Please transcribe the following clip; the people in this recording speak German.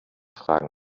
fragen